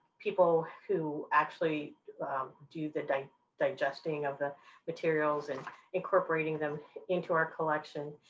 people who actually do the digesting of the materials and incorporating them into our collection,